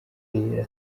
gutembera